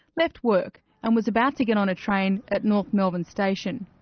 left work, and was about to get on a train at north melbourne station.